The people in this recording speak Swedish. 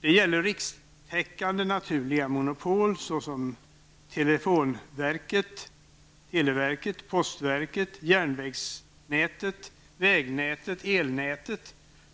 Det gäller de rikstäckande naturliga monopolen: